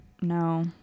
No